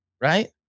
right